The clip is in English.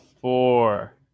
four